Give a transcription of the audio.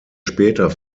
später